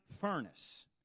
furnace